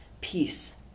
peace